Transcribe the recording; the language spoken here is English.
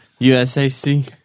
USAC